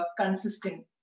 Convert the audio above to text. consistent